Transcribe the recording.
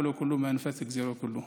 זה ביתא ישראל,